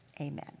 Amen